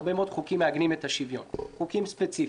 הרבה מאוד חוקים מעגנים את השוויון חוקים ספציפיים.